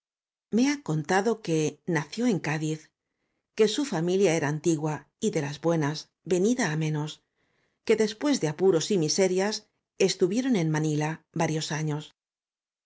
me ha contado que nació en cádiz que su familia era antigua y de las buenas venida á menos que después de apuros y miserias estuvieron en manila varios años